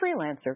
freelancer